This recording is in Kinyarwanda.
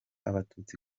abatutsi